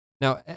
Now